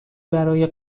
برای